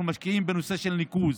אנחנו משקיעים בנושא של ניקוז,